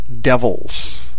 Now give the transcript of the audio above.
devils